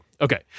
Okay